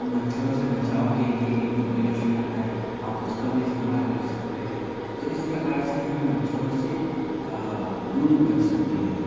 मच्छरों से बचाव के लिए एक बॉडी लोशन आता है आप उसका भी इस्तेमाल कर सकते हैं तो इस प्रकार से हम मच्छरों से दूर बच सकते हैं